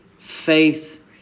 Faith